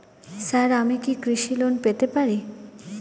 Sir আমি কি কৃষি লোন পেতে পারি?